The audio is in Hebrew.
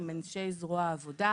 עם אנשי זרוע העבודה,